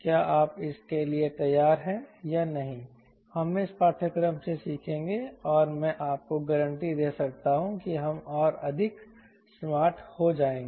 क्या आप इसके लिए तैयार हैं या नहीं हम इस पाठ्यक्रम से सीखेंगे और मैं आपको गारंटी दे सकता हूं कि हम और अधिक स्मार्ट हो जाएंगे